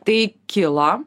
tai kilo